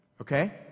Okay